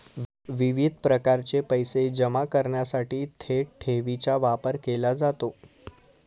विविध प्रकारचे पैसे जमा करण्यासाठी थेट ठेवीचा वापर केला जातो